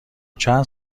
چند